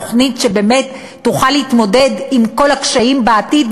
תוכנית שבאמת תוכל להתמודד עם כל הקשיים בעתיד,